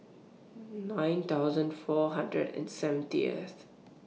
nine thousand four hundred and seventieth